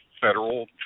federal